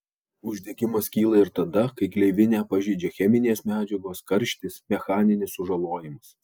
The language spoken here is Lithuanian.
uždegimas kyla ir tada kai gleivinę pažeidžia cheminės medžiagos karštis mechaninis sužalojimas